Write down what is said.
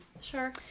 Sure